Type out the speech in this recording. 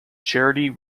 charity